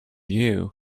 you